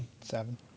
seven